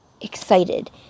excited